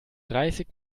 dreißig